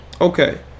Okay